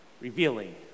revealing